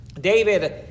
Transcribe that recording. David